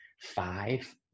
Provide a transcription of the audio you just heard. five